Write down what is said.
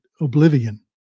oblivion